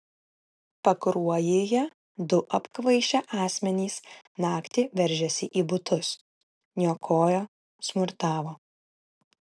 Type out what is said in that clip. pakruojyje du apkvaišę asmenys naktį veržėsi į butus niokojo smurtavo